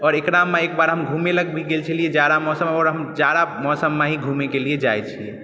आओर एकरामे एकबार हम घुमै लऽ भी गेल छलियै जाड़ा मौसम और हम जाड़ा मौसममे ही घुमै के लिये जाय छियै